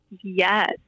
Yes